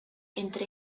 entre